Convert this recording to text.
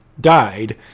died